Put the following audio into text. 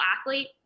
athlete